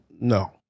No